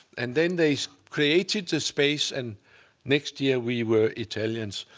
and then they created the space, and next year, we were italians.